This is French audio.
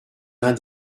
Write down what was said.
l’un